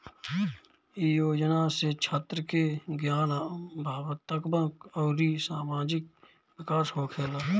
इ योजना से छात्र के ज्ञान, भावात्मक अउरी सामाजिक विकास होखेला